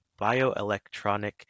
bioelectronic